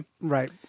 Right